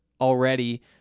already